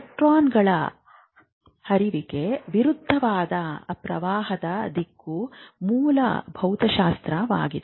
ಎಲೆಕ್ಟ್ರಾನ್ಗಳ ಹರಿವಿಗೆ ವಿರುದ್ಧವಾದ ಪ್ರವಾಹದ ದಿಕ್ಕು ಮೂಲ ಭೌತಶಾಸ್ತ್ರವಾಗಿದೆ